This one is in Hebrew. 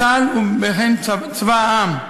צה"ל הוא אכן צבא העם,